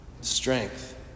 Strength